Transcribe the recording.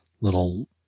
little